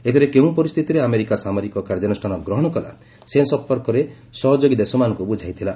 ଏଥିରେ କେଉଁ ପରିସ୍ଥିତିରେ ଆମେରିକା ସାମରିକ କାର୍ଯ୍ୟାନୁଷ୍ଠାନ ଗ୍ରହଣ କଲା ସେ ସମ୍ପର୍କରେ ସହଯୋଗୀ ଦେଶମାନଙ୍କୁ ବୁଝାଇଥିଲା